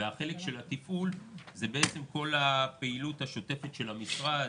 והחלק של הטיפול זה בעצם כל הפעילות השוטפת של המשרד,